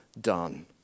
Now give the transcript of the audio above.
done